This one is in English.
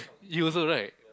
you also right